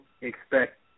expect